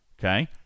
Okay